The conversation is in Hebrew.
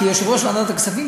כיושב-ראש ועדת הכספים,